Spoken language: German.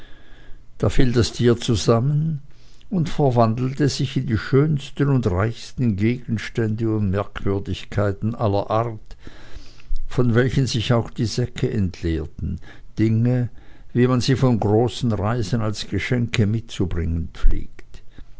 da fiel das tier zusammen und verwandelte sich in die schönsten und reichsten gegenstände und merkwürdigkeiten aller art von welchen sich auch die säcke entleerten dinge wie man sie von großen reisen als geschenke mitzubringen pflegt